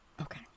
Okay